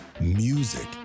Music